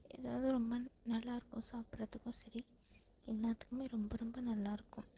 ஏதாது வந்து ரொம்ப நல்லாயிருக்கும் சாப்புடறத்துக்கு சரி எல்லாத்துக்குமே ரொம்ப ரொம்ப நல்லாயிருக்கும்